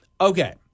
okay